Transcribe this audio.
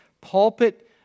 pulpit